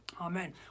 Amen